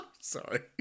Sorry